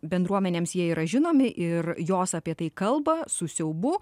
bendruomenėms jie yra žinomi ir jos apie tai kalba su siaubu